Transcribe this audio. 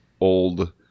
old